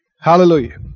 Hallelujah